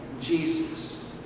Jesus